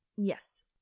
Yes